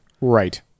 Right